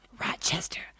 Rochester